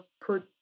put